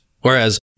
Whereas